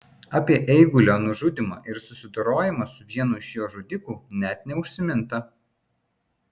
apie eigulio nužudymą ir susidorojimą su vienu iš jo žudikų net neužsiminta